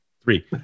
three